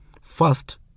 First